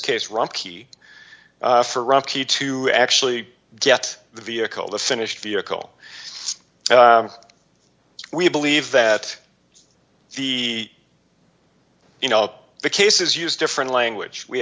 case rocky for rocky to actually get the vehicle the finished vehicle we believe that the you know the cases use different language we